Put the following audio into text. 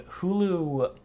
Hulu